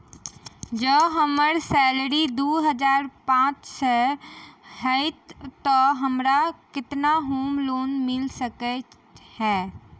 जँ हम्मर सैलरी दु हजार पांच सै हएत तऽ हमरा केतना होम लोन मिल सकै है?